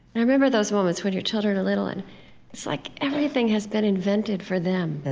i remember those moments when your children are little, and it's like everything has been invented for them.